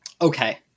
Okay